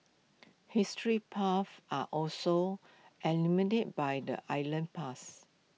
history buffs are also enamoured by the island's past